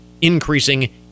increasing